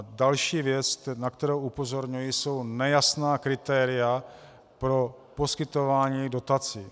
Další věc, na kterou upozorňuji, jsou nejasná kritéria pro poskytování dotací.